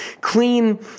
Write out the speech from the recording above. Clean